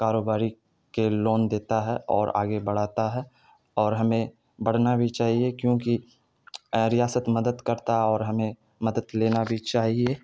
کاروباری کے لون دیتا ہے اور آگے بڑھاتا ہے اور ہمیں بڑھنا بھی چاہیے کیونکہ ریاست مدد کرتا ہے اور ہمیں مدد لینا بھی چاہیے